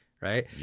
right